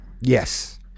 yes